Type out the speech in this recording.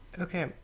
Okay